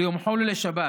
ליום חול ולשבת,